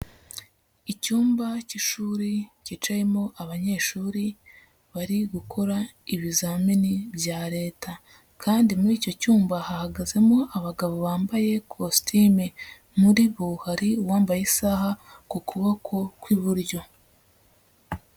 Icyumba cy'ishuri cyicayemo abanyeshuri bari gukora ibizamini bya leta kandi muri icyo cyumba hahagazemo abagabo bambaye kositime. Muri bo hari uwambaye isaha ku kuboko kw'iburyo.